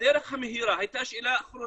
עוד שאלה,